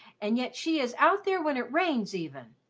and yet she is out there when it rains, even.